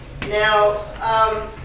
Now